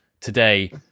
today